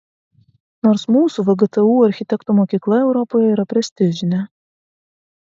nors mūsų vgtu architektų mokykla europoje yra prestižinė